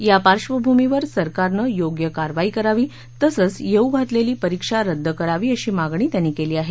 या पार्श्वभूमीवर सरकारनं योग्य कारवाई करावी तसंच येऊ घातलेली परीक्षा रद्द करावी अशी मागणी त्यांनी केली आहे